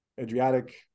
Adriatic